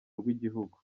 rw’igihugu